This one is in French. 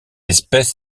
espèce